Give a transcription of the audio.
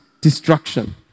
destruction